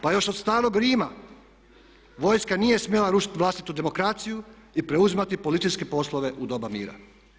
Pa još od starog Rima vojska nije smjela rušiti vlastitu demokraciju i preuzimati policijske poslove u doba mira.